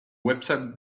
website